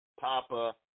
Papa